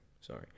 sorry